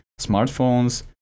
smartphones